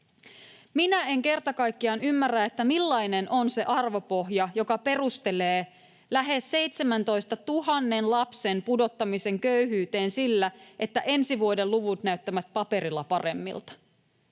Minä en kerta kaikkiaan ymmärrä, millainen on se arvopohja, joka perustelee lähes 17 000 lapsen pudottamisen köyhyyteen sillä, että ensi vuoden luvut näyttävät paperilla paremmilta.